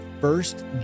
first